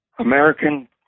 American